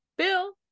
bill